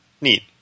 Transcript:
Neat